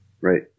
Right